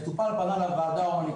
הצעת חוק הכניסה לישראל (הוראת שעה,